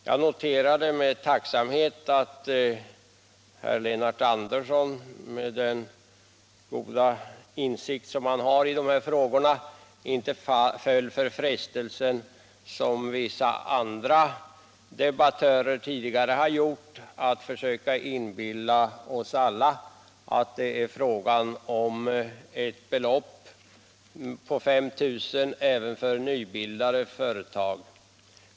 Jag noterade med tacksamhet att herr Lennart Andersson med den goda insikt han har i de här frågorna inte föll för frestelsen som vissa andra debattörer tidigare har gjort att försöka inbilla oss alla att det är frågan om ett belopp på 5 000 kr. även för nybildade företag.